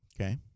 Okay